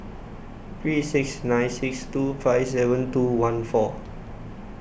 three six nine six two five seven two one four